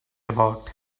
about